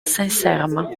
sincèrement